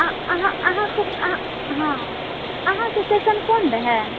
अहाँ अहाँ हँ अहाँकेँ सेशन कोन रहए